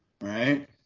right